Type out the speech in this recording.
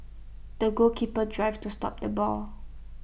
the goalkeeper drive to stop the ball